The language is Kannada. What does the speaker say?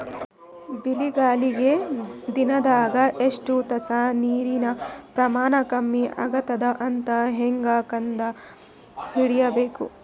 ಬೆಳಿಗಳಿಗೆ ದಿನದಾಗ ಎಷ್ಟು ತಾಸ ನೀರಿನ ಪ್ರಮಾಣ ಕಮ್ಮಿ ಆಗತದ ಅಂತ ಹೇಂಗ ಕಂಡ ಹಿಡಿಯಬೇಕು?